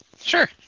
Sure